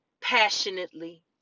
passionately